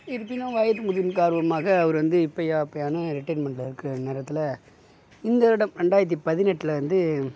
இருப்பினும் வயது முதிர்வு காரணமாக அவர் வந்து இப்பையா அப்பையான்னு ரிட்டேர்ட்மெண்ட்டில் இருக்கிற நேரத்தில் இந்த வருடம் ரெண்டாயிரத்து பதினெட்டில் வந்து